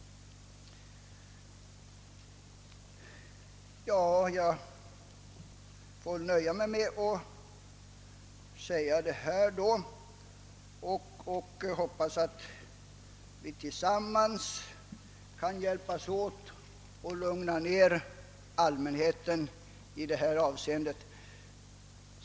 Jag får nöja mig med att säga detta och hoppas, att vi tillsammans kan hjälpas åt att lugna allmänheten i detta avseende.